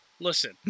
Listen